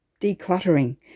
decluttering